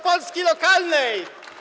Polski lokalnej.